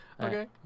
Okay